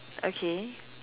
okay